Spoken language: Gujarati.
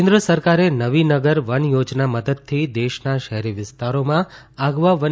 કેન્દ્ર સરકારે નવી નગર વન ચોજનાની મદદથી દેશના શેહરી વિસ્તારોમાં આગવા વન